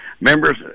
members